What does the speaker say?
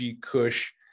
Kush